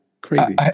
Crazy